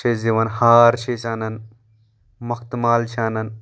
چھِ أسۍ دِوَان ہار چھِ أسۍ اَنَان موٚختہٕ مال چھِ اَنَان